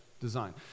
design